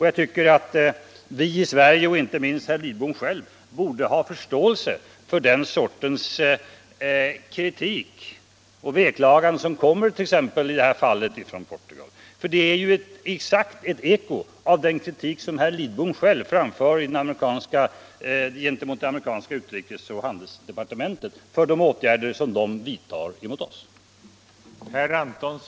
Jag tycker att vi i Sverige, och inte minst herr Lidbom själv, borde ha förståelse för den sortens invändningar som i det här fallet kommer från Portugal. Det är ju ett direkt eko av den kritik som herr Lidbom själv framför gentemot de amerikanska utrikesoch handelsdepartementen för de åtgärder som de vidtar mot oss.